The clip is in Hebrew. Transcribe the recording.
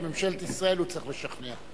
את ממשלת ישראל הוא צריך לשכנע.